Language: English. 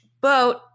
boat